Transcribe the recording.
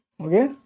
Okay